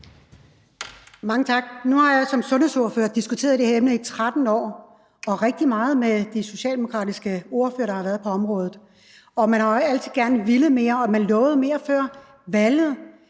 Mange tak. Nu har jeg som sundhedsordfører diskuteret det her emne i 13 år, og jeg har diskuteret det rigtig meget med de socialdemokratiske ordførere, der har været på området. Man har altså igen villet mere, og man lovede mere før valget,